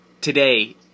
today